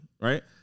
Right